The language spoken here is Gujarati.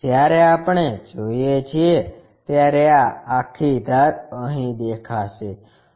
જ્યારે આપણે જોઈએ છીએ ત્યારે આ આખી ધાર અહીં દેખાશે